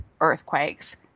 earthquakes